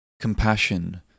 compassion